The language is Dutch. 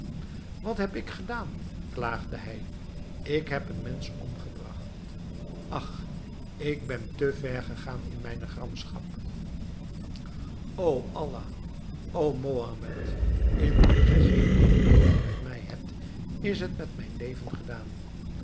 wat heb ik gedaan klaagde hij ik heb een mensch omgebragt ach ik ben te ver gegaan in mijne gramschap o allah o mohamed indien gij geen mededoogen met mij hebt is het met mijn leven gedaan